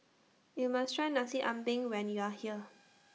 YOU must Try Nasi Ambeng when YOU Are here